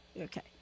okay